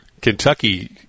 Kentucky